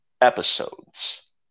Episodes